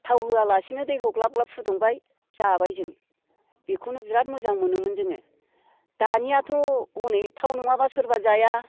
थाव होआलासेनो दैखौ ग्लाब ग्लाब फुदुंबाय जाबाय जों बेखौनो बिरात मोजां मोनोमोन जोङो दानियाथ' हनै थाव नङाबा सोरबा जाया